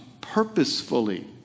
purposefully